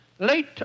Late